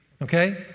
Okay